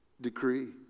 decree